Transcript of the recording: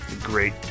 Great